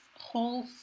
whole